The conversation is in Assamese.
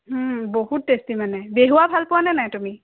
ওঁ বহুত টেষ্টি মানে বেহুৱা ভাল পোৱানে নাই তুমি